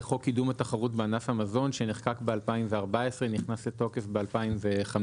לחוק קידום התחרות לענף המזון שנחקק ב-2014 נכנס לתוקף ב-2015,